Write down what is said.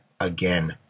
again